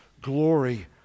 glory